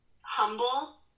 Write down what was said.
humble